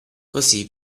così